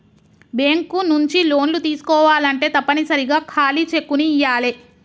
bank నుంచి లోన్లు తీసుకోవాలంటే తప్పనిసరిగా ఖాళీ చెక్కుని ఇయ్యాలే